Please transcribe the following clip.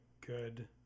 good